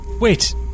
Wait